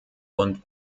und